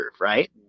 right